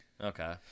Okay